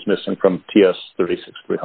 that was missing from ts thirty six